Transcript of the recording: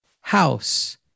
house